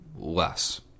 Less